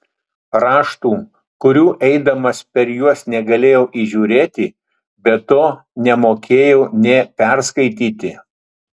raštų kurių eidamas per juos negalėjau įžiūrėti be to nemokėjau nė perskaityti